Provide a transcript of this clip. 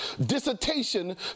dissertation